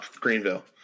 Greenville